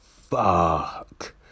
fuck